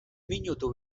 minutu